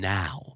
Now